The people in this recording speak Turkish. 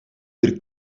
bir